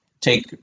take